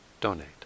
donate